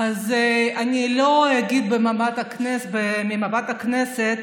אז אני לא אגיד מעל במת הכנסת